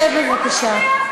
שב בבקשה.